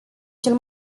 cel